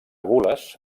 gules